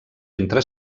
entre